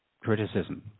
criticism